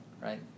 right